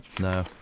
No